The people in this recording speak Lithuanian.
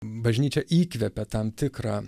bažnyčia įkvėpia tam tikrą